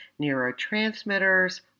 neurotransmitters